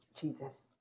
Jesus